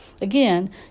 Again